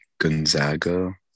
Gonzaga